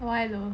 why lor